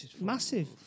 Massive